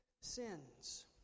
sins